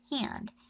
hand